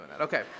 Okay